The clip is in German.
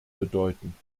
bedeuten